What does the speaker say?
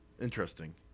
interesting